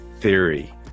theory